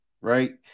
right